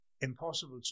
impossible